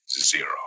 zero